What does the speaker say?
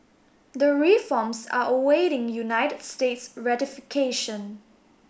the reforms are awaiting United States ratification